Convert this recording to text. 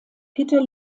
peter